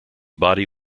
body